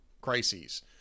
crises